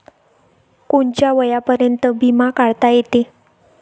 कोनच्या वयापर्यंत बिमा काढता येते?